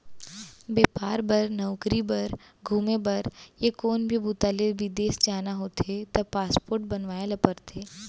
बेपार बर, नउकरी बर, घूमे बर य कोनो भी बूता ले बिदेस जाना होथे त पासपोर्ट बनवाए ल परथे